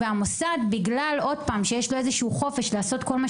והמוסד בגלל שיש לו חופש לעשות כל מה